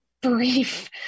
brief